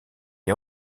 est